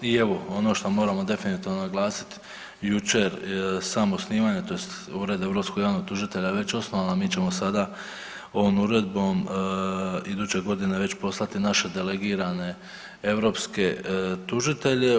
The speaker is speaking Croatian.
I evo ono što moramo definitivno naglasiti jučer samo osnivanje tj. Ured europskog javnog tužitelja je već osnovan, a mi ćemo sada ovom uredbom iduće godine već poslati naše delegirane europske tužitelje.